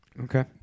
Okay